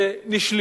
משפחות יהודיות,